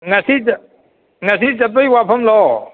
ꯉꯁꯤ ꯉꯁꯤ ꯆꯠꯄꯩ ꯋꯥꯐꯝꯂꯣ